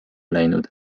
läinud